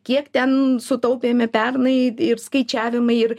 kiek ten sutaupėme pernai ir skaičiavimai ir